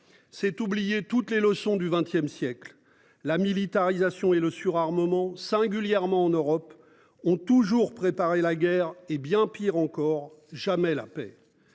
C'est oublier toutes les leçons du 20ème siècle la militarisation et le surarmement singulièrement en Europe ont toujours préparé la guerre et bien pire encore jamais la paix.